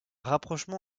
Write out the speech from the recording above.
rapprochement